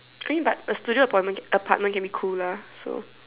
I think but a studio apart apartment can be cooler so